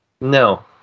No